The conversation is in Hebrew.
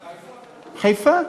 בחיפה?